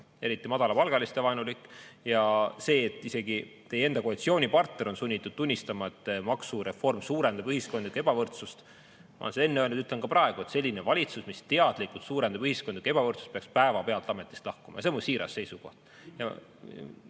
eriti madalapalgalistevaenulik. Ja isegi teie enda koalitsioonipartner on sunnitud tunnistama, et maksureform suurendab ühiskondlikku ebavõrdsust. Ma olen seda enne öelnud ja ütlen ka praegu, et selline valitsus, mis teadlikult suurendab ühiskondlikku ebavõrdsust, peaks päevapealt ametist lahkuma. Ja see on mu siiras seisukoht.